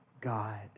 God